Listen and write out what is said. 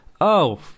Oh